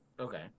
okay